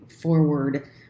forward